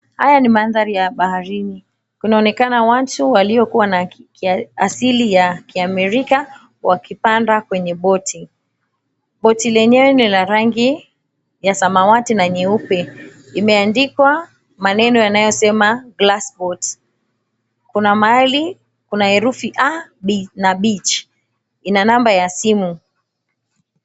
Haya ni maandhari ya baharini. Kunaonekana watu waliokuwa na kiasili ya Kiamerika, wakipanda kwenye boti. Boti lenyewe ni la rangi ya samawati na nyeupe, imeandikwa maneno yanayosema Glass Boat, kuna mahali kuna herufi A na Beach ina namba ya simu.